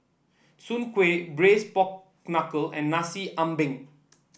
Soon Kway Braised Pork Knuckle and Nasi Ambeng